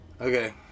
okay